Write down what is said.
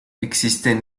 existen